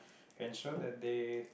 ensure that they